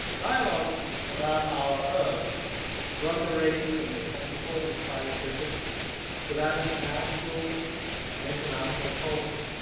dialogues about our earth run the range from the technical and scientific to that of national and international policy.